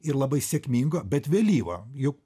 ir labai sėkmingo bet vėlyvo juk